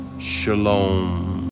Shalom